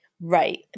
Right